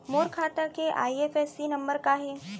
मोर खाता के IFSC number का हे?